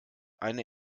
eine